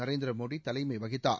நரேந்திரமோடி தலைமை வகித்தார்